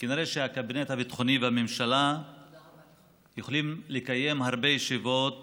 הביטחוני והממשלה יכולים לקיים הרבה ישיבות